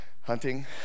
hunting